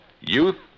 youth